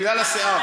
בגלל השיער.